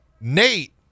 Nate